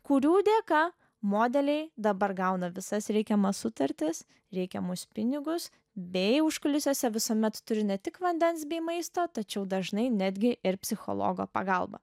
kurių dėka modeliai dabar gauna visas reikiamas sutartis reikiamus pinigus bei užkulisiuose visuomet turi ne tik vandens bei maisto tačiau dažnai netgi ir psichologo pagalbą